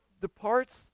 departs